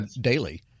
daily